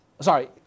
Sorry